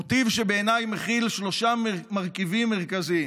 מוטיב שבעיניי מכיל שלושה מרכיבים מרכזיים.